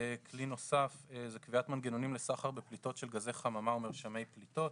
כלי נוסף זה קביעת מנגנונים לסחר בפליטות של גזי חממה ומרשמי פליטות.